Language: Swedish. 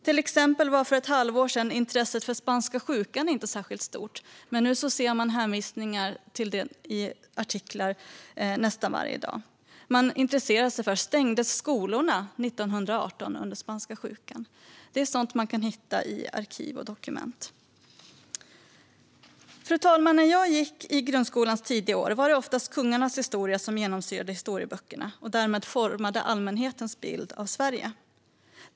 Till exempel var intresset för spanska sjukan inte särskilt stort för ett halvår sedan, men nu går det att se hänvisningar till detta i artiklar nästan varje dag. Man intresserar sig för om skolorna stängdes under spanska sjukan 1918. Det är sådant som går att hitta i arkiv och dokument. Fru talman! När jag gick i grundskolans tidiga årskurser var det oftast kungarnas historia som genomsyrade historieböckerna och som därmed formade allmänhetens bild av Sverige.